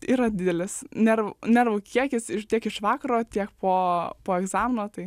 yra didelis nerv nervų kiekis iš tiek iš vakaro tiek po po egzamino tai